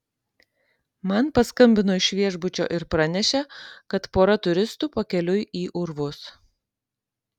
man paskambino iš viešbučio ir pranešė kad pora turistų pakeliui į urvus